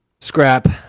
scrap